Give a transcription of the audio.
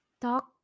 talk